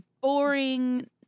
boring